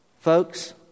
Folks